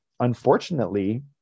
Unfortunately